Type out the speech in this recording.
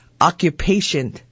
Occupation